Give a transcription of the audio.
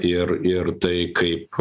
ir ir tai kaip